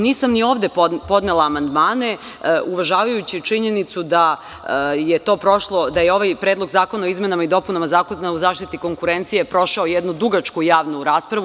Nisam ni ovde podnela amandmane, uvažavajući činjenicu da je to prošlo, da je ovaj predlog zakona o izmenama i dopunama Zakona o zaštiti konkurencije prošao jednu dugačku javnu raspravu.